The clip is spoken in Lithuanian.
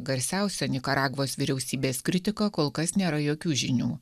garsiausią nikaragvos vyriausybės kritiką kol kas nėra jokių žinių